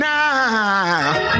Now